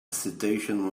citation